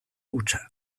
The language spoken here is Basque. hutsa